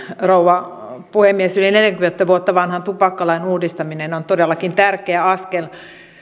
rouva puhemies yli neljäkymmentä vuotta vanhan tupakkalain uudistaminen on todellakin tärkeä askel